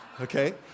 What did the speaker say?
Okay